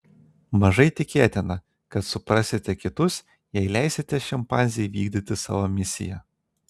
mažai tikėtina kad suprasite kitus jei leisite šimpanzei vykdyti savo misiją